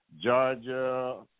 Georgia